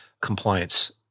compliance